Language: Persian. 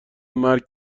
مرگ